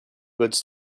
goods